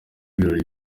birori